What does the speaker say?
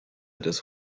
des